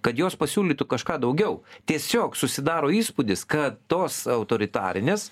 kad jos pasiūlytų kažką daugiau tiesiog susidaro įspūdis kad tos autoritarinės